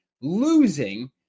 Losing